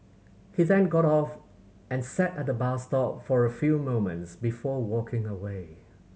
he then got off and sat at the bus stop for a few moments before walking away